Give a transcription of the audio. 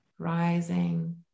rising